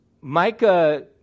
Micah